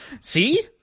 See